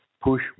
push